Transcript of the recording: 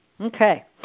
Okay